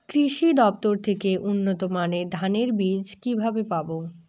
কৃষি দফতর থেকে উন্নত মানের ধানের বীজ কিভাবে পাব?